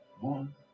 One